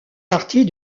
partie